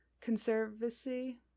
Conservancy